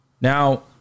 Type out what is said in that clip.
Now